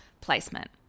placement